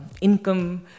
income